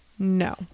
No